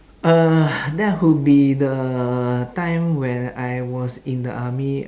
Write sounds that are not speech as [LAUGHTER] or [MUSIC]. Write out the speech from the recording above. uh [NOISE] that would be the time when I was in the army